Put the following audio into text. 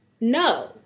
no